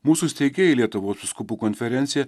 mūsų steigėjai lietuvos vyskupų konferencija